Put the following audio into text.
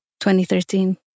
2013